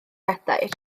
gadair